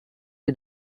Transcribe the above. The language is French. est